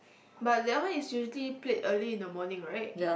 but that one is usually played early in the morning right